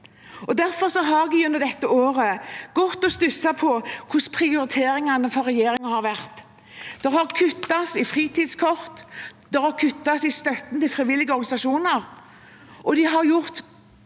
Derfor har jeg gjennom dette året gått og stusset på hvordan prioriteringene for regjeringen har vært. Det er kuttet i fritidskort, det er kuttet i støtten til frivillige organisasjoner,